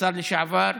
השר לשעבר,